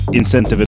incentive